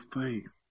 faith